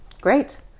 Great